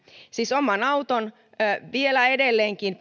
siis oman auton pitäminen on vielä edelleenkin